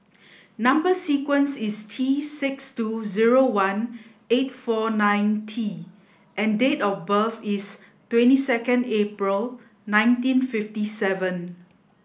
number sequence is T six two zero one eight four nine T and date of birth is twenty second April nineteen fifty seven